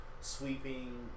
sweeping